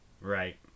right